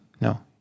no